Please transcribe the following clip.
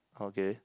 okay